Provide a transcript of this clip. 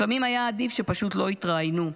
לפעמים היה עדיף שפשוט לא יתראיינו.